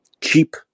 cheap